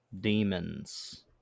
Demons